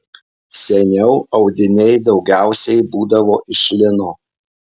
seniau audiniai daugiausiai būdavo iš lino